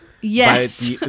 yes